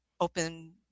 open